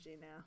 now